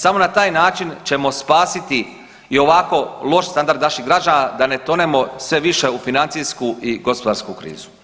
Samo na taj način ćemo spasiti i ovako loš standard naših građana da ne tonemo sve više u financijsku i gospodarsku krizu.